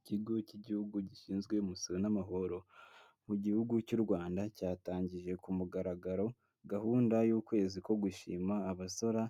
Ikigo cy'igihugu gishinzwe umusoro n'amahoro mu gihugu cy'u Rwanda cyatangije ku mugaragaro gahunda y'ukwezi ko gushima abasora